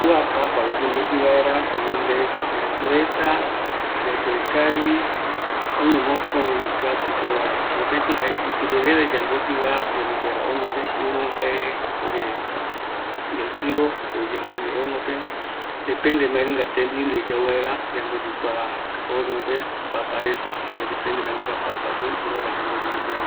Kua papa oyemboyɨ vaera, tenonde oyeyoeta, yayoekavi, oime mokoi oyeapo vaera, mopetï jae ipirereve yamboyɨva, ñañono vaera hornope, iru jae yaipiro, jokogui yamboingue hornope, depende mbaenunga tembiu ndive yauvaera yamboyɨ kua papareta, jare mbaenunga tembiu ndive yautava